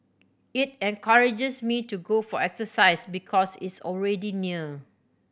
it encourages me to go for exercise because it's already near